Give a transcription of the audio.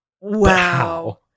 Wow